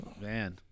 man